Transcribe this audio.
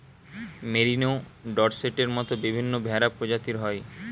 merino, ডর্সেটের মত বিভিন্ন ভেড়া প্রজাতি হয়